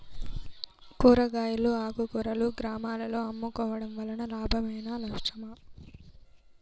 కూరగాయలు ఆకుకూరలు గ్రామాలలో అమ్ముకోవడం వలన లాభమేనా నష్టమా?